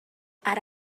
ara